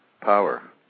power